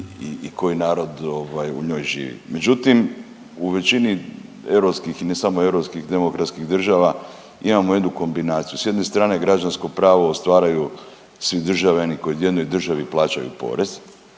i koji narod ovaj u njoj živi. Međutim u većini europskih i ne samo europskih demokratskih država imamo jednu kombinaciju, s jedne strane građansko pravo ostvaraju svi državljani koji u jednoj državi plaćaju porez,